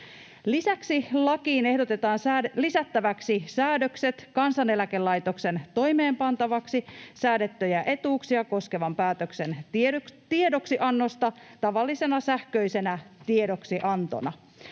Lisäksi lakiin ehdotetaan lisättäväksi säännökset Kansaneläkelaitoksen toimeenpantavaksi säädettyjä etuuksia koskevien päätösten tiedoksiannosta tavallisena sähköisenä tiedoksiantona.